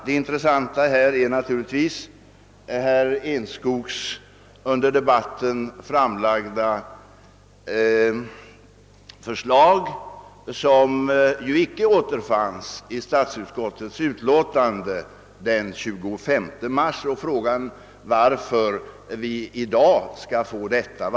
Det intressanta i detta sammanhang är naturligtvis herr Enskogs under debatten framlagda förslag, som icke återfanns i statsutskottets utlåtande av den 25 mars. Frågan är varför vi först i dag fått ta del av detta yrkande.